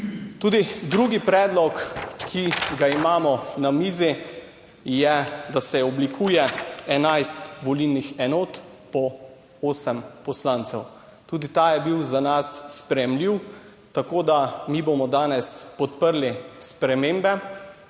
Tudi drugi predlog, ki ga imamo na mizi, je, da se oblikuje 11 volilnih enot po osem poslancev. Tudi ta je bil za nas sprejemljiv, tako da mi bomo danes podprli spremembe.